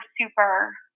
super